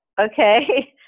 Okay